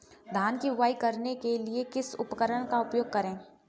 धान की बुवाई करने के लिए किस उपकरण का उपयोग करें?